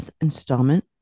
installment